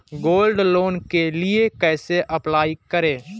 Gold loan के लिए कैसे अप्लाई करें?